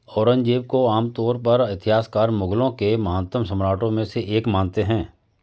औरंगजेब को आमतौर पर इतिहासकार मुगलों के महानतम सम्राटों में से एक मानते है